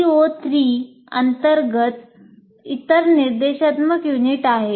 CO 3 अंतर्गत इतर निर्देशात्मक युनिट्स आहेत